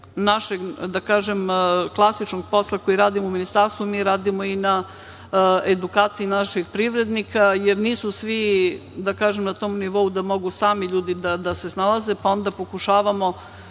pored našeg klasičnog posla koji radimo u Ministarstvu, mi radimo i na edukaciji naših privrednika, jer nisu svi na tom nivou da mogu sami ljudi da se snalaze, pa onda pokušavamo